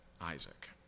Isaac